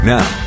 Now